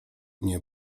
nie